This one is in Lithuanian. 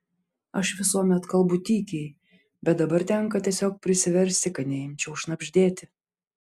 aš visuomet kalbu tykiai bet dabar tenka tiesiog prisiversti kad neimčiau šnabždėti